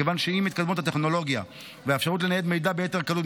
מכיוון שעם התקדמות הטכנולוגיה והאפשרות לנייד מידע ביתר קלות,